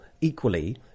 equally